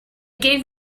gave